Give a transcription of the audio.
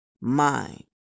mind